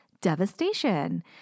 devastation